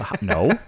No